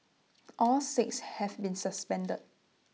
all six have been suspended